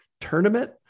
tournament